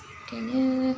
खायनो